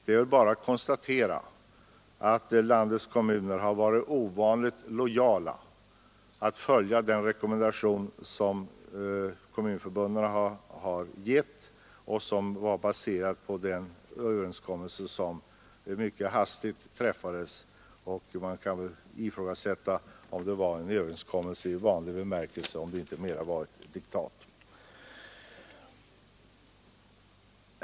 Det är bara att konstatera att landets kommuner har varit ovanligt lojala när det gällt att följa den rekommendation som kommunförbunden har gjort och som är baserad på denna uppgörelse. Men den träffades mycket hastigt, och man kan väl ifrågasätta om den var en överenskommelse i vanlig bemärkelse och inte snarare ett diktat.